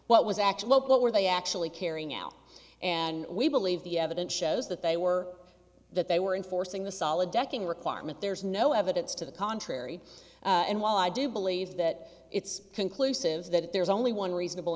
local were they actually carrying out and we believe the evidence shows that they were that they were enforcing the solid decking requirement there is no evidence to the contrary and while i do believe that it's conclusive that there is only one reasonable